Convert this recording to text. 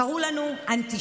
וקראו לנו אנטישמים,